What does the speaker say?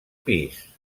pis